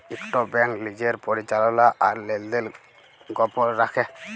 ইকট ব্যাংক লিজের পরিচাললা আর লেলদেল গপল রাইখে